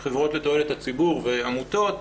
חברות לתועלת הציבור ועמותות,